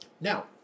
Now